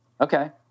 Okay